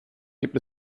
gibt